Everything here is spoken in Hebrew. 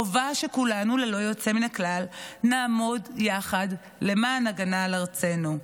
חובה שכולנו ללא יוצא מן הכלל נעמוד יחד למען הגנה על ארצנו.